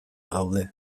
gaude